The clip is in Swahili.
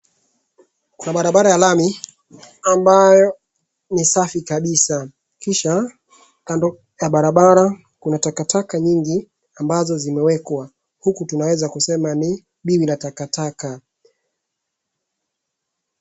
Kuna barabara ya lami ambayo ni safi kabisa. Kisha kando ya barabara kuna takataka nyingi ambazo zimewekwa. Huku tunaeza kusema ni biwi la takataka.